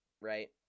right